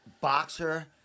boxer